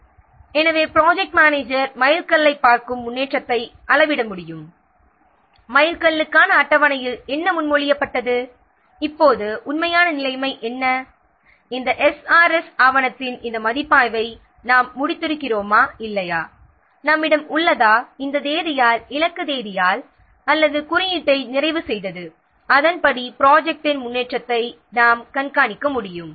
பின்னர் மைல்கல்லைக் கொண்டு ப்ராஜெக்ட் மேனேஜர் முன்னேற்றத்தை அளவிட முடியும் மேலும் மைல்கல்லுக்கான அட்டவணையில் என்ன முன்மொழியப்பட்டது இப்போது உண்மையான நிலைமை என்ன அதாவது இந்த எஸ்ஆர்எஸ் ஆவணத்தின் மதிப்பாய்வை நாம் முடித்திருக்கிறோமா இல்லையா குறியீட்டை இந்த தேதியில் இந்த இலக்கு தேதிக்குள் நிறைவு செய்து முடித்திருக்கிறோமா அதற்கிணங்க ப்ராஜெக்ட்டின் முன்னேற்றத்தை நாம் கண்காணிக்க முடியும்